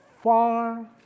far